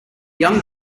young